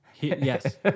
Yes